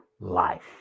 life